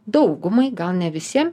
daugumai gal ne visi